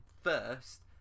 first